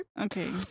Okay